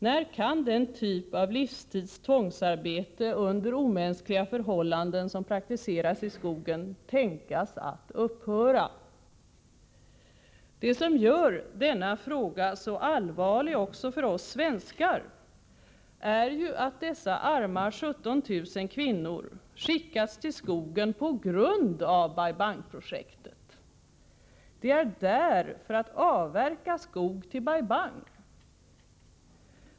När kan den typ av livstids tvångsarbete under omänskliga förhållanden som praktiseras i skogen tänkas upphöra? Det som gör denna fråga så allvarlig också för oss svenskar är ju att dessa arma 17 000 kvinnor skickats till skogen på grund av Bai Bang-projektet. De är där för att avverka skog till Bai Bang!